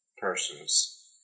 persons